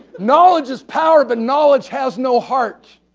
knowledge is power, but knowledge has no heart.